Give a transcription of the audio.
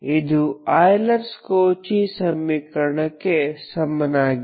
ಇದು Euler Cauchy ಸಮೀಕರಣಕ್ಕೆ ಸಮನಾಗಿದೆ